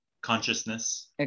consciousness